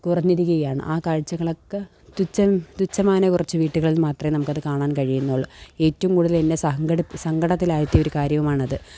കുറഞ്ഞിരിക്കയാണ് ആ കാഴ്ചകളക്കെ തുച്ഛം തുച്ഛമാന കുറച്ച് വീട്ടുകളിൽ മാത്രമേ നമുക്കത് കാണാൻ കഴിയുന്നുള്ളു ഏറ്റവും കൂടുതലെന്നെ സങ്കടം സങ്കടത്തിലാഴ്ത്തിയ കാര്യമാണത്